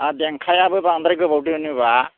आरो देंखायाबो बांद्राय गोबाव दोनोब्ला